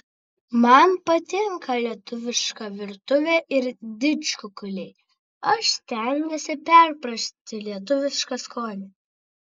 man patinka lietuviška virtuvė ir didžkukuliai aš stengiuosi perprasti lietuvišką skonį